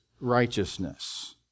righteousness